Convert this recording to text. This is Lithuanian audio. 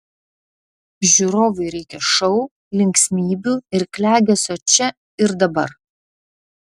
žiūrovui reikia šou linksmybių ir klegesio čia ir dabar